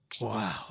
Wow